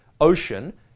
ocean